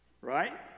Right